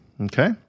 Okay